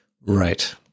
Right